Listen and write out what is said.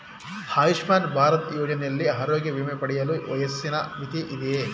ಆಯುಷ್ಮಾನ್ ಭಾರತ್ ಯೋಜನೆಯಲ್ಲಿ ಆರೋಗ್ಯ ವಿಮೆ ಪಡೆಯಲು ವಯಸ್ಸಿನ ಮಿತಿ ಇದೆಯಾ?